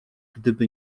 gdyby